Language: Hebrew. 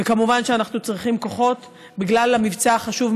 וכמובן אנחנו צריכים כוחות בגלל המבצע החשוב,